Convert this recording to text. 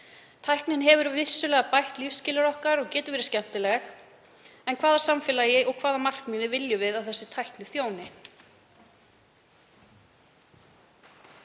Tæknin hefur vissulega bætt lífsskilyrði okkar og getur verið skemmtileg. En hvaða samfélagi og hvaða markmiðum viljum við að þessi tækni þjóni?